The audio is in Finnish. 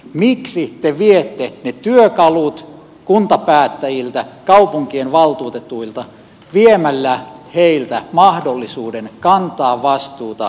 miksi te viette ne työkalut kuntapäättäjiltä kaupunkien valtuutetuilta viemällä heiltä mahdollisuuden kantaa vastuuta lähiyhteisönsä palvelujen järjestämisestä